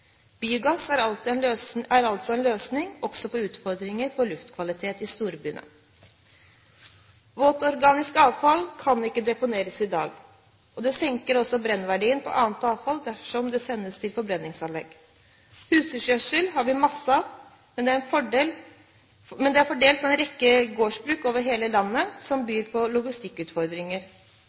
Biogass er altså en løsning, også på utfordringen med luftkvalitet i storbyene. Våtorganisk avfall kan ikke deponeres i dag, og det senker brennverdien på annet avfall dersom det sendes til forbrenningsanlegg. Husdyrgjødsel har vi masser av, men det er fordelt på en rekke gårdsbruk over hele landet, noe som byr på logistikkutfordringer.